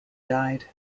died